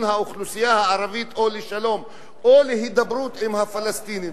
האוכלוסייה הערבית או לשלום או להידברות עם הפלסטינים,